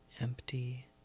empty